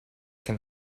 can